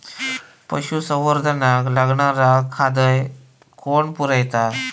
पशुसंवर्धनाक लागणारा खादय कोण पुरयता?